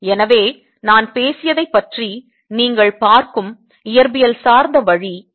எனவே நான் பேசியதைப் பற்றி நீங்கள் பார்க்கும் இயற்பியல் சார்ந்த வழி இது